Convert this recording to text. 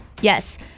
Yes